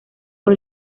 por